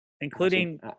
Including –